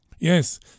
Yes